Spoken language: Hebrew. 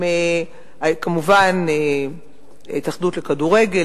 הם כמובן ההתאחדות לכדורגל,